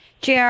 Jr